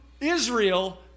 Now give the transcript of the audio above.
Israel